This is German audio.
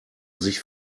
sich